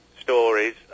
stories